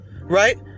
Right